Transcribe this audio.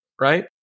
right